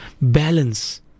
Balance